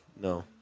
No